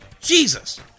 Jesus